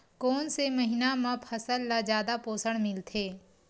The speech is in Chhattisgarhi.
कोन से महीना म फसल ल जादा पोषण मिलथे?